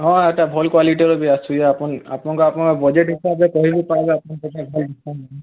ହଁ ଇଟା ଭଲ୍ କ୍ୱାଲିଟିର ବି ଆସୁଛେ ଆପଣ ଆପଣଙ୍କୁ ଆପଣଙ୍କର୍ ବଜେଟ୍ ହିସାବରେ କହି ବି ପାର୍ବେ ଆପଣ ଭଲ୍ ଡିସକାଉଣ୍ଟ